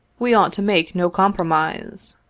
we ought to make no compromise.